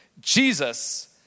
Jesus